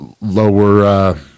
lower